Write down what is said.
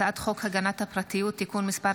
הצעת חוק הגנת הפרטיות (תיקון מס'